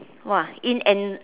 !wah! in an